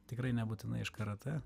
tikrai nebūtinai iš karatė